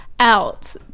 Out